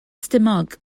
stumog